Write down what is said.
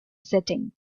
setting